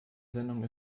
sendung